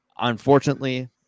Unfortunately